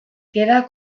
queda